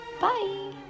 Bye